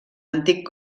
antic